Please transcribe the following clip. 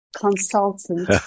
consultant